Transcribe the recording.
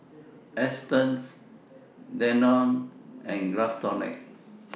Astons Danone and Craftholic